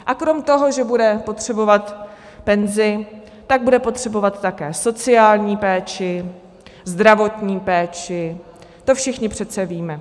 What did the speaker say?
A krom toho, že bude potřebovat penzi, tak bude potřebovat také sociální péči, zdravotní péči, to všichni přece víme.